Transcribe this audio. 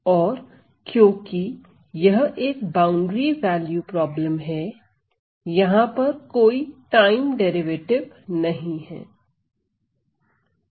और क्योंकि यह एक बाउंड्री वैल्यू प्रॉब्लम है यहां पर कोई टाइम डेरिवेटिव नहीं है